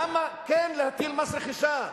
למה כן להטיל מס רכישה?